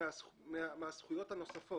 מהזכויות הנוספות.